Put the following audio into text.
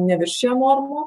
neviršijam normų